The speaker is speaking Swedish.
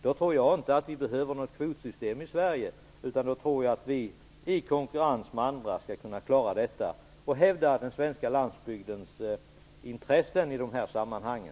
Då tror jag inte att vi behöver något kvotsystem i Sverige, utan då tror jag att vi i konkurrens med andra skall kunna klara detta och hävda den svenska landsbygdens intressen i dessa sammanhang.